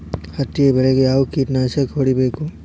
ಹತ್ತಿ ಬೆಳೇಗ್ ಯಾವ್ ಕೇಟನಾಶಕ ಹೋಡಿಬೇಕು?